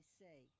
say